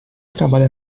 trabalha